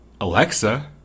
Alexa